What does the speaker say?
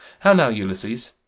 how now, ulysses!